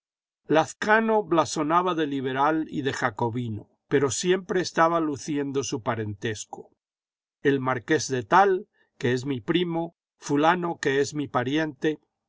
españa lazcano blasonaba de liberal y de jacobino pero siempre estaba luciendo su parentesco el marqués de tal que es mi primo fulano que es mi pariente